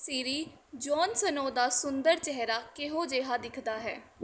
ਸੀਰੀ Jon Snow ਦਾ ਸੁੰਦਰ ਚਿਹਰਾ ਕਿਹੋ ਜਿਹਾ ਦਿਖਦਾ ਹੈ